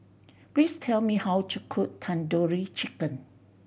please tell me how to cook Tandoori Chicken